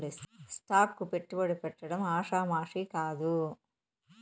stock కు పెట్టుబడి పెట్టడం ఆషామాషీ కాదు